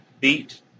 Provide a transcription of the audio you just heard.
beat